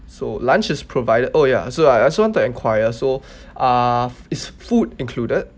so lunch is provided oh ya so I also want to enquire so uh is food included